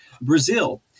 Brazil